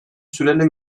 süreyle